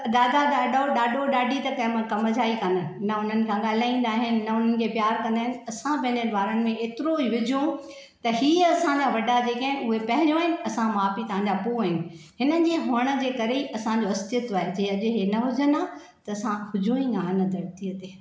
त दादा दाॾो ॾाॾा ॾाॾो ॾाॾी त कंहिं कमु जा ई कान आहिनि न हुननि खां ॻाल्हाईंदा आहिनि न हुननि खे प्यारु कंदा आहिनि असां पंहिंजे ॿारनि में एतिरो ई विझूं त हीअ असांजा वॾा जेके इन उहे पहिर्यों इन असां मां पीउ तव्हांजा पोइ आहियूं हिननि जे हुअण जे करे ई असांजो अस्तित्व आहे जे अॼु इहे न हुजनि हा त असां हुजऊं ई न हा हिन धरतीअ ते